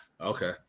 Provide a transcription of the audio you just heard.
okay